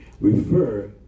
refer